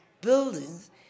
buildings